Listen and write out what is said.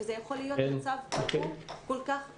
זה יכול להיות מצב כל כך קשה.